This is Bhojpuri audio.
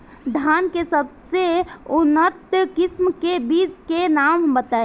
धान के सबसे उन्नत किस्म के बिज के नाम बताई?